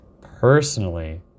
Personally